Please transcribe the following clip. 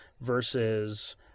versus